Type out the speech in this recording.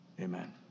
Amen